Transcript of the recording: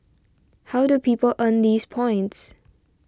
how do people earn these points